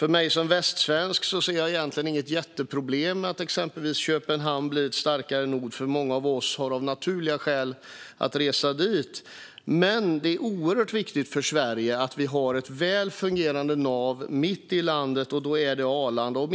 Jag som västsvensk ser egentligen inget jätteproblem med att exempelvis Köpenhamn blir en starkare nod, för många av oss har naturliga skäl att resa dit. Men det är oerhört viktigt för Sverige att vi har ett väl fungerande nav mitt i landet, och då är det Arlanda det handlar om.